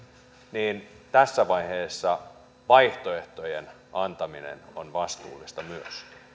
niin tässä vaiheessa vaihtoehtojen antaminen on vastuullista myös